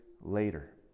later